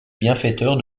bienfaiteur